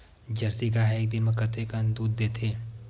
Jersey गाय ह एक दिन म कतेकन दूध देथे?